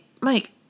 Mike